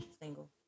single